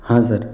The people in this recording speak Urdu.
ہاں سر